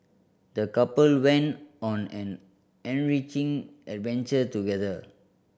the couple went on an enriching adventure together